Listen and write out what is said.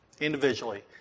individually